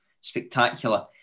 Spectacular